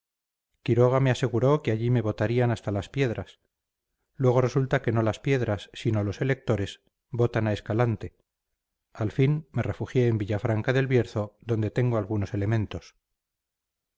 quiroga me aseguró que allí me votarían hasta las piedras luego resulta que no las piedras sino los electores votan a escalante al fin me refugié en villafranca del bierzo donde tengo algunos elementos